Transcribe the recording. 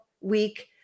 week